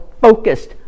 focused